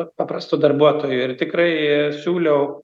paprastu darbuotoju ir tikrai siūliau